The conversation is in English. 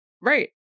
Right